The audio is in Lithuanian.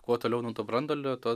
kuo toliau nuo to branduolio tuo